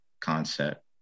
concept